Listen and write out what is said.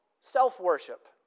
self-worship